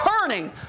turning